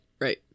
right